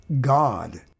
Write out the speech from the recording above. God